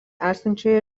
esančioje